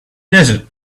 desert